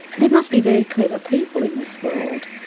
there must be very clever people in this world.